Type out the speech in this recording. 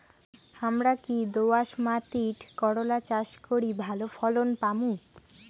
হামরা কি দোয়াস মাতিট করলা চাষ করি ভালো ফলন পামু?